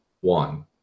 one